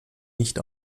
nicht